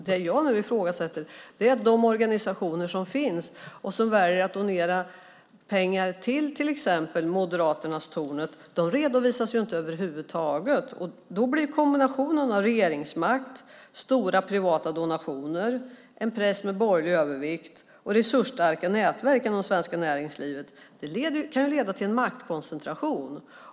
Det jag nu ifrågasätter är att de organisationer som väljer att donera pengar till exempelvis Moderaternas Tornet inte redovisas över huvud taget. Då kan kombinationen av regeringsmakt, stora privata donationer, en press med borgerlig övervikt och resursstarka nätverk inom det svenska näringslivet leda till en maktkoncentration.